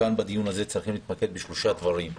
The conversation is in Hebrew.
הדיון צריך להתמקד בשלושה דברים: